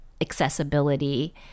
accessibility